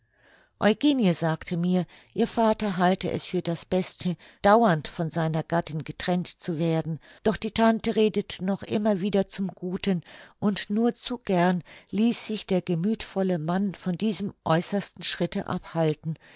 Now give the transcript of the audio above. eugenie sagte mir ihr vater halte es für das beste dauernd von seiner gattin getrennt zu werden doch die tante redete noch immer wieder zum guten und nur zu gern ließ sich der gemüthvolle mann von diesem äußersten schritte abhalten